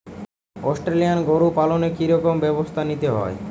Australian গরু পালনে কি রকম ব্যবস্থা নিতে হয়?